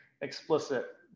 explicit